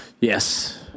Yes